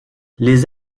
les